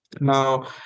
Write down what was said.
Now